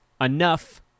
enough